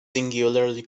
singularly